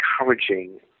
encouraging